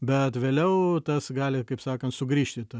bet vėliau tas gali kaip sakant sugrįžt į tą